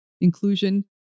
inclusion